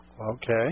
Okay